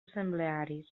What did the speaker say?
assemblearis